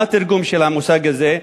מה התרגום של המושג הזה?